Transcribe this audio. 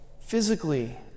physically